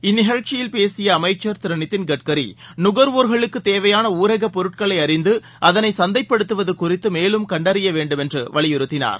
இந்நிகழ்ச்சியில் பேசிய அமைச்சர் திரு நிதின் கட்கரி நுகர்வோர்களுக்குத் தேவையாள ஊரகப் பொருட்களை அறந்து அதனை சந்தைப்படுத்துவது குறித்து மேலும் கண்டறிப வேண்டுமென்று வலியுறுத்தினார்